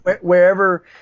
wherever